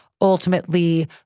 ultimately